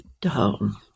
down